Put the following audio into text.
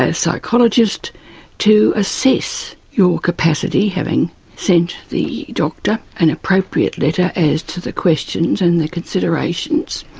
ah psychologist to assess your capacity, having sent the doctor and appropriate letter as to the questions and the considerations.